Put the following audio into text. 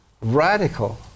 radical